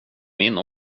min